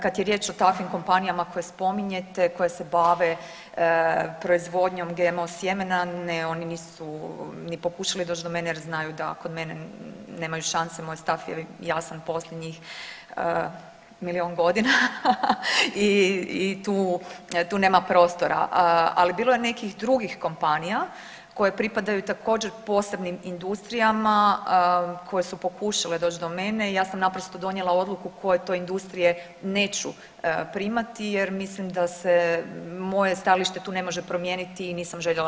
Kad je riječ o takvim kompanijama koje spominjete koje se bave proizvodnjom GMO sjemena ne oni nisu ni pokušali doć do mene jer znaju da kod mene nemaju šanse, moj stav je jasan posljednjih milijun godina i tu, tu nema prostora, ali bilo je nekih drugih kompanija koje pripadaju također posebnim industrijama koje su pokušale doć do mene i ja sam naprosto donijela odluku koje to industrije neću primati jer mislim da se moje stajalište tu ne može promijeniti i nisam željela